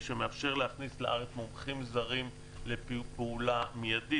שמאפשר להכניס לארץ מומחים זרים לפעולה מיידית.